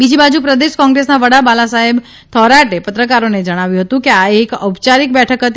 બીજી બાજી પ્રદેશ કોંગ્રેસના વડા બાલા સાહેબ થોરાટે પત્રકારોને જણાવ્યું હતું કે આ એક ઔપયારીક બેઠક હતી